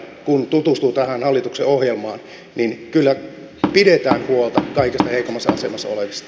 kun tutustuu tähän hallituksen ohjelmaan niin kyllä pidetään huolta kaikista heikoimmassa asemassa olevista